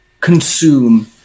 consume